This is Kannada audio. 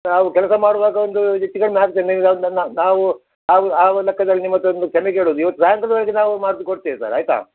ನಾವು ಕೆಲಸ ಮಾಡುವಾಗ ಒಂದು ಹೆಚ್ಚು ಕಡಿಮೆ ಆಗ್ತದೆ ನಾವು ಆ ಆ ಒಂದು ಲೆಕ್ಕದಲ್ಲಿ ನಿಮ್ಮ ಹತ್ರ ಒಂದು ಕ್ಷಮೆ ಕೇಳುವುದು ಇವತ್ತು ಸಾಯಿಂಕಾಲದ ಒಳಗೆ ನಾವು ಮಾಡಿಸಿ ಕೊಡ್ತೇವೆ ಸರ್ ಆಯಿತಾ